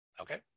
Okay